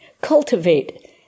cultivate